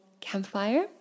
campfire